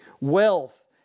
wealth